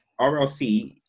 RLC